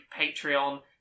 Patreon